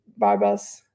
barbells